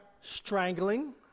strangling